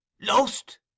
Lost